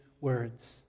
words